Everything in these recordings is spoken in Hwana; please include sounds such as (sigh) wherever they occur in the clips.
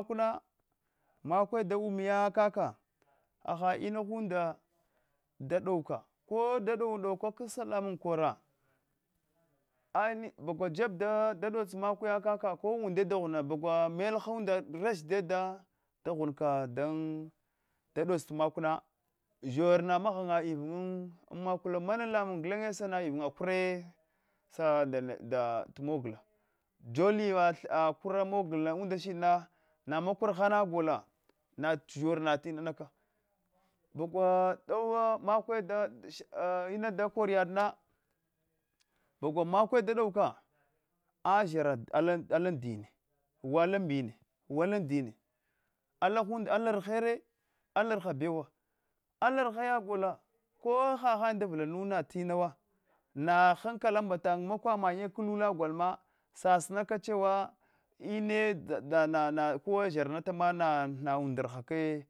Makna makwe da uniya kaka (noise) hahel ina chunda dadau ka ko dadowa dauka kagsa lwmun kwara aini bagwa jeb dadotsi makukaya kaka ko unde d ghuma bagwa melthanda rashida da ghun ka dan dadots makana zhoral na manhhanya ivnng macula nana lamun gulene sasa ivnn kure sad ta mogla dzohiyuwa mogla unda shidna na makwarahana gola na zhor natimanaka bagwa dowo makwe di (hesitation) ina dakwor yadna bagwa makule dadouka azhara alan alana dine wahalan mbine wa alan alan din alarghere alarhabuwa alarheya gola ko hahan da vlanu natin awa na hankala mbatan makwa mammye kulula golma sasima kachewa ine (hesitation) nana kowa zharranata nana undar haka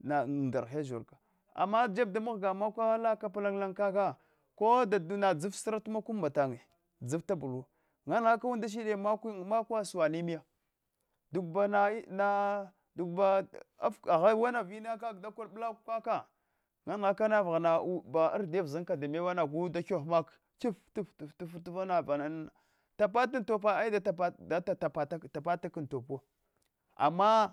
na undarhaka zharka ama jeb da mghaga makiya ala kap lanlan kaka ko dadan dzlf sira ta makwa mbatanye dzit bulu nan nghaka umlaahide hakwa makiwa suwane miya duba na na na duba agha wina va inana kaka dakor bulak kaka nan nghakana vaghana arda uzhin damewe nagh da kyef mak kif kif kif tfa nabana anan tapatantopa aida tapatabuku ama